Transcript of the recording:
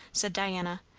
said diana.